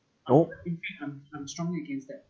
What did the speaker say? no